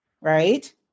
Right